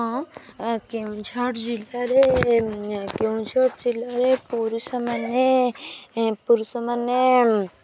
ହଁ କେଉଁଝର ଜିଲ୍ଲାରେ କେଉଁଝର ଜିଲ୍ଲାରେ ପୁରୁଷମାନେ ପୁରୁଷମାନେ